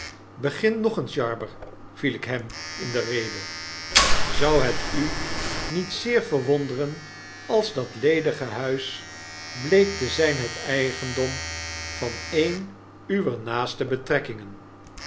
begin nog eens jarber viel ik hem in de rede zou het u niet zeer verwonderen als dat ledige huis bleek te zyn het eigendom van een uwer naaste betrekkingen